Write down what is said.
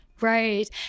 Right